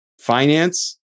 finance